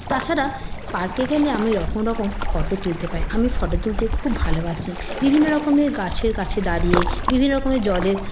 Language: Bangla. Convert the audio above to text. তাছাড়া পার্কে গেলে আমি রকম রকম ফটো তুলতে পারি আমি ফটো তুলতে খুব ভালোবাসি বিভিন্ন রকমের গাছের কাছে দাঁড়িয়ে বিভিন্ন রকমের জলের